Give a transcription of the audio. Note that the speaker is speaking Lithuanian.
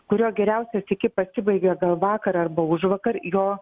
kurio geriausias iki pasibaigė gal vakar arba užvakar jo